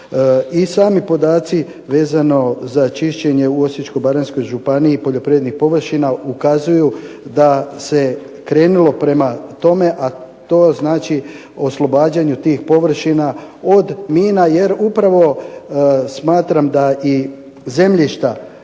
I sami podaci vezano za čišćenje u Osječko-baranjskoj županiji poljoprivrednih površina ukazuju da se krenulo prema tome, a to znači oslobađanju tih površina od mina, jer upravo smatram da i zemljišta